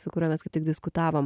su kuriuo mes kaip tik diskutavom